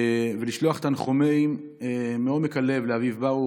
ולשלוח תנחומים מעומק הלב לאביו ברוך,